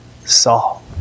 Saul